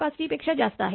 5T पेक्षा जास्त आहे